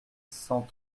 cent